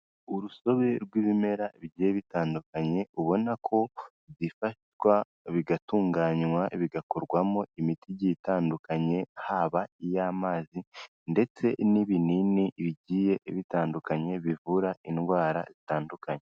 Urusobe rw'ibimera bigiye bitandukanye ubona ko bifatwa bigatunganywa bigakorwamo imiti igiye itandukanye haba iy'amazi ndetse n'ibinini bigiye bitandukanye, bivura indwara zitandukanye.